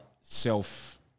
self